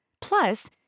Plus